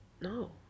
No